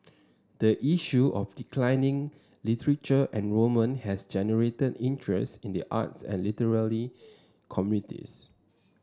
the issue of declining literature enrolment has generated interest in the arts and literary communities